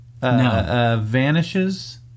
vanishes